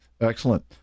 Excellent